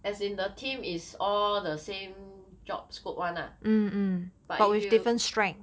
as in the team is all the same job scope one lah but if you